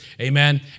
Amen